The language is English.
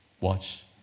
Watch